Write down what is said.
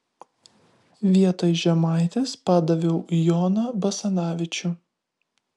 vietoj žemaitės padaviau joną basanavičių